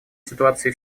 ситуации